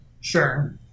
Sure